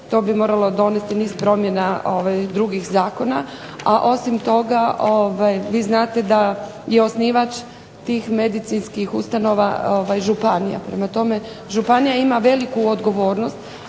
To bi moralo donijeti niz promjena drugih zakona, a osim toga vi znate da je osnivač tih medicinskih ustanova županija. Prema tome, županija ima veliku odgovornost